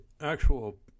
actual